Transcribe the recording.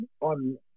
on